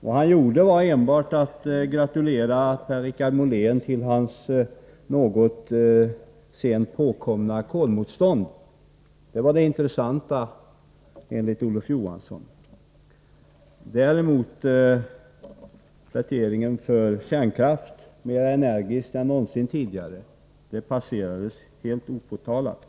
Vad han gjorde var enbart att gratulera Per-Richard Molén till hans något sent påkomna kolmotstånd — det var det intressanta, enligt Olof Johansson. Pläderingen för kärnkraft, mer energisk än någonsin tidigare, passerade däremot helt opåtalad.